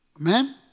Amen